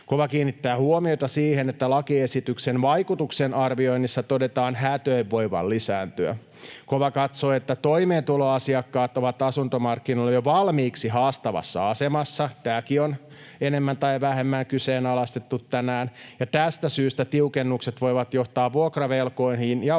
KOVA kiinnittää huomiota siihen, että lakiesityksen vaikutuksen arvioinnissa todetaan häätöjen voivan lisääntyä. KOVA katsoo, että toimeentulotukiasiakkaat ovat asuntomarkkinoilla jo valmiiksi haastavassa asemassa — tämäkin on enemmän tai vähemmän kyseenalaistettu tänään — ja tästä syystä tiukennukset voivat johtaa vuokravelkoihin ja uhata